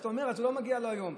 אז אתה אומר שלא מגיע לו היום?